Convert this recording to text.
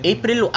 April